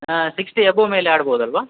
ಹಾಂ sixty above ಮೇಲೆ ಆಡ್ಬೋದಲ್ಲವಾ